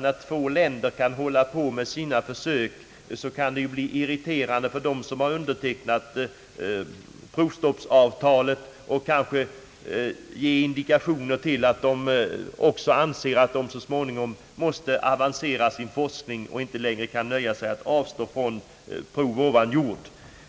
När två länder kan hålla på med sina försök så kan detta bli irriterande för dem som undertecknat avtalet och kanske ge indikationer till att de också anser att de så småningom måste avancera sin forskning och inte längre kan avstå från prov ovan jord.